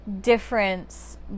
difference